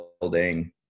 Building